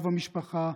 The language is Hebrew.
אב המשפחה,